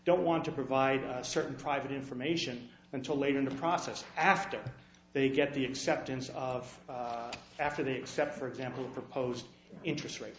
don't want to provide certain private information until late in the process after they get the acceptance of after that except for example proposed interest rate